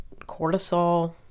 cortisol